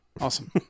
awesome